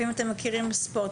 אתם מכירים ספורט,